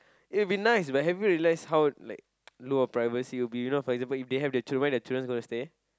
it will be nice but have you realised how llike ow a privacy will be you know for example if they have the children where is the children gonna stay